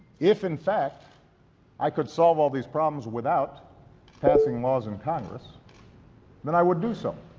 if in fact i could solve all these problems without passing laws in congress when i would do so